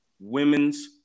women's